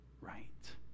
right